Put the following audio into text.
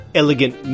elegant